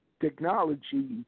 technology